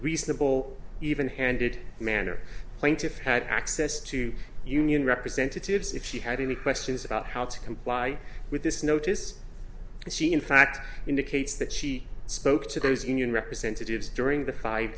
reasonable even handed manner plaintiff had access to union representatives if she had any questions about how to comply with this notice and she in fact indicates that she spoke to those union representatives during